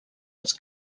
els